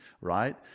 right